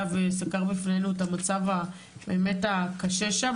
וסקר בפנינו את המצב הבאמת קשה שם,